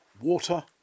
Water